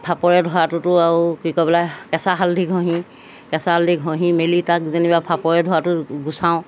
ফাপৰে ধোৱাটোতো আৰু কি কৰিব লাগে কেঁচা হালধি ঘঁহি কেঁচা হালধি ঘঁহি মেলি তাক যেনিবা ফাপৰে ধোৱাটো গুচাওঁ